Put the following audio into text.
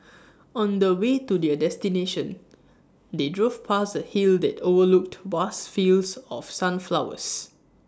on the way to their destination they drove past A hill that overlooked vast fields of sunflowers